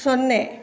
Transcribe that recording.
ಸೊನ್ನೆ